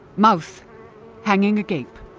mouth hanging agape,